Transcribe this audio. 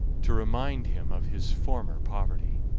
to remind him of his former poverty.